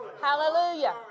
Hallelujah